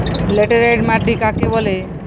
Laterite মাটি কাকে বলে?